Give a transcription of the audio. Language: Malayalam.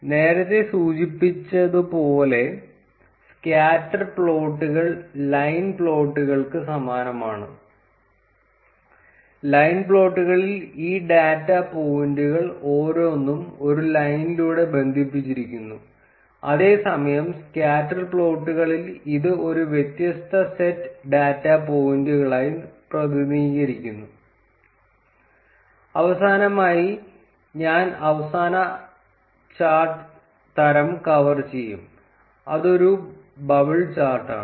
നേരത്തെ സൂചിപ്പിച്ചതുപോലെ സ്കാറ്റർ പ്ലോട്ടുകൾ ലൈൻ പ്ലോട്ടുകൾക്ക് സമാനമാണ് ലൈൻ പ്ലോട്ടുകളിൽ ഈ ഡാറ്റാ പോയിന്റുകൾ ഓരോന്നും ഒരു ലൈനിലൂടെ ബന്ധിപ്പിച്ചിരിക്കുന്നു അതേസമയം സ്കാറ്റർ പ്ലോട്ടുകളിൽ ഇത് ഒരു വ്യത്യസ്ത സെറ്റ് ഡാറ്റ പോയിന്റുകളായി പ്രതിനിധീകരിക്കുന്നു അവസാനമായി ഞാൻ അവസാന ചാർട്ട് തരം കവർ ചെയ്യും അത് ഒരു ബബിൾ ചാർട്ട് ആണ്